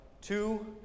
two